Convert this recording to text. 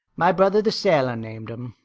my brother the sailor named him.